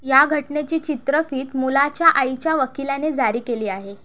या घटनेची चित्रफीत मुलाच्या आईच्या वकिलाने जारी केली आहे